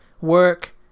work